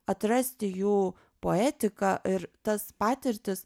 atrasti jų poetiką ir tas patirtis